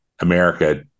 America